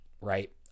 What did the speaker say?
Right